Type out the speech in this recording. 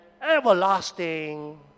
everlasting